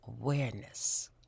awareness